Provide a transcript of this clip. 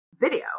video